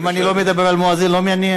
אם אני לא מדבר על המואזין, לא מעניין?